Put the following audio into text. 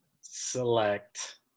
select